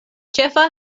ĉefa